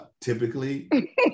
Typically